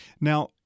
Now